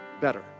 better